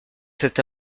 cet